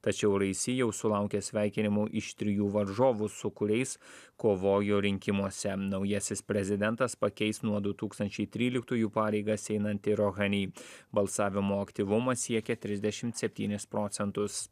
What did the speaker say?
tačiau raisi jau sulaukė sveikinimų iš trijų varžovų su kuriais kovojo rinkimuose naujasis prezidentas pakeis nuo du tūkstančiai tryliktųjų pareigas einantį rohani balsavimo aktyvumas siekė trisdešimt septynis procentus